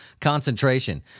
concentration